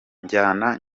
njyana